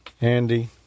Andy